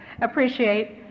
appreciate